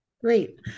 Great